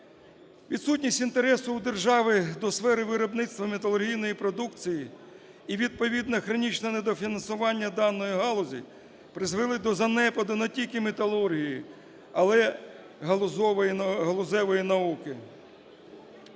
Відсутність інтересу у держави до сфери виробництва металургійної продукції і відповідно хронічне недофінансування даної галузі призвели до занепаду не тільки металургії, але й галузевої науки.